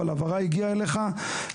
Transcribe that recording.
אבל הבהרה הגיעה אליך.